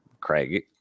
Craig